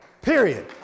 Period